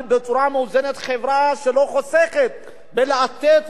חברה שלא חוסכת בלתת לאנשים עניים,